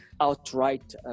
outright